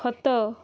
ଖତ